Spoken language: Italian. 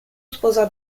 sposa